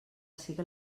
siga